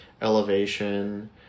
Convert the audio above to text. elevation